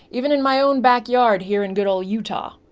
even in my own backyard here in good ol' utah.